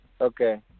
Okay